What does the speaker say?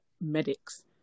medics